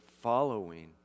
following